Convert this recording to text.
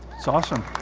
it's awesome,